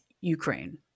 Ukraine